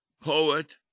poet